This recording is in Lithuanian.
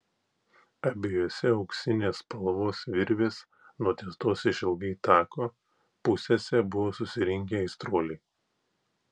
abiejose auksinės spalvos virvės nutiestos išilgai tako pusėse buvo susirinkę aistruoliai